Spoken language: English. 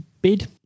bid